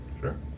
Sure